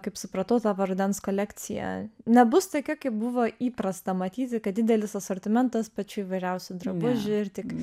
kaip supratau tavo rudens kolekcija nebus tokia kaip buvo įprasta matyti kad didelis asortimentas pačių įvairiausių drabužių ir tik